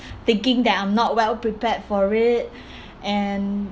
thinking that I'm not well prepared for it and